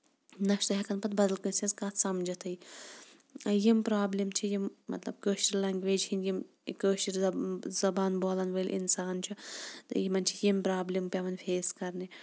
نہ چھُ سُہ ہٮ۪کان پَتہٕ بدل کٲنسہِ ہنز کَتھ سَمجِتھٕے یِم بروبلِم چھِ یِم مطلب کٲشرِ لیگویج ہِندۍ یِم کٲشِر زَبان بولَن وٲلۍ اِنسان چھُ یِمن چھِ یِم بروبلِم پیوان فیس کرنہِ